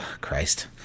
Christ